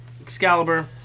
Excalibur